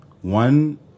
one